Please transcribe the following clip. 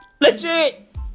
legit